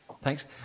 thanks